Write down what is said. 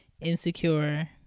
insecure